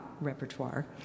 repertoire